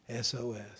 sos